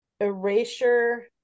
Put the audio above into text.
erasure